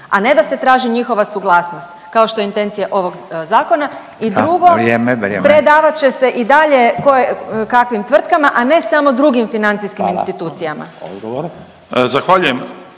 a ne da se traži njihova suglasnost kao što je intencija ovog zakona i drugo…/Upadica Radin: Da, vrijeme, vrijeme/…predavat će se i dalje koje kakvim tvrtkama, a ne samo drugim financijskim institucijama.